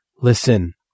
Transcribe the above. Listen